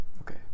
Okay